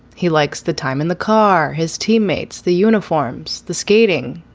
he likes the time in the car, his teammates, the uniforms, the skating,